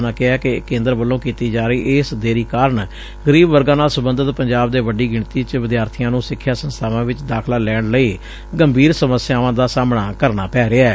ਉਨਾਂ ਕਿਹੈ ਕਿ ਕੇਂਦਰ ਵੱਲੋਂ ਕੀਤੀ ਜਾ ਰਹੀ ਇਸ ਦੇਰੀ ਕਾਰਨ ਗ਼ਰੀਬ ਵਰਗਾਂ ਨਾਲ ਸਬੰਧਤ ਪੰਜਾਬ ਦੇ ਵੱਡੀ ਗਿਣਤੀ ਦੇ ਵਿਦਿਆਰਥੀਆਂ ਨੂੰ ਸਿੱਖਿਆ ਸੰਸਥਾਵਾਂ ਵਿੱਚ ਦਾਖਲਾ ਲੈਣ ਲਈ ਗੰਭੀਰ ਸਮੱਸਿਆਵਾਂ ਦਾ ਸਾਹਮਣਾ ਕਰਨਾ ਪੈ ਰਿਹੈ